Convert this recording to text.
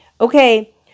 okay